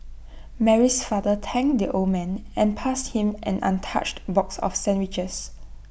Mary's father thanked the old man and passed him an untouched box of sandwiches